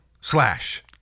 slash